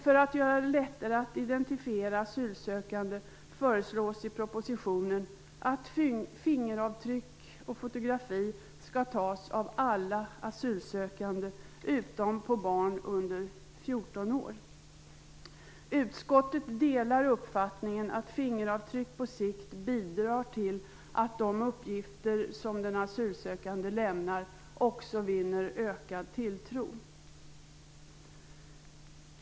För att göra det lättare att identifiera asylsökande föreslås i propositionen att fingeravtryck och fotografi skall tas av alla asylsökande utom barn under 14 år. Utskottet delar uppfattningen att fingeravtryck på sikt bidrar till att de uppgifter som den asylsökande lämnar också vinner ökad tilltro.